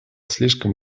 слишком